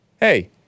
Hey